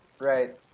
Right